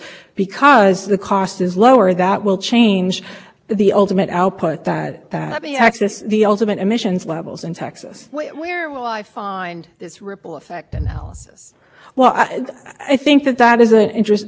whole whole scheme collapses so at this point all we have is the data that e p a produced its conclusions and with